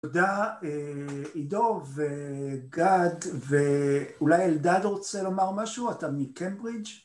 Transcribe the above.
תודה עידו, וגד, ואולי אלדד רוצה לומר משהו? אתה מקיימברידג'?